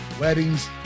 weddings